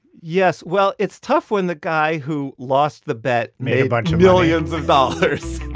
yes. well, it's tough when the guy who lost the bet made but millions of dollars